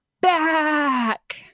back